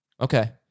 okay